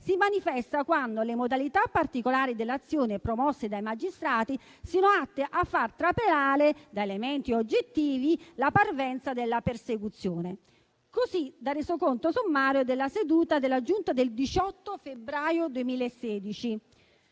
si manifesta quando le modalità particolari dell'azione promosse dai magistrati siano atte a far trapelare, da elementi oggettivi, la parvenza della persecuzione: così dal resoconto sommario della seduta della Giunta del 18 febbraio 2016.